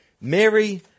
Mary